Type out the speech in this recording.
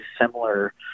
similar